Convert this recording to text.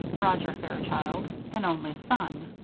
roger fairchild an only son.